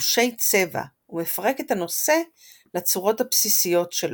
בגושי צבע, ומפרק את הנושא לצורות הבסיסיות שלו.